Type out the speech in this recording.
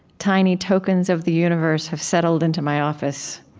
tiny tokens of the universe have settled into my office.